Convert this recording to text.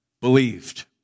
believed